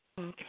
Okay